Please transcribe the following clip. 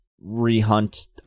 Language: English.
re-hunt